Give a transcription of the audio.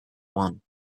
one